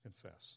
Confess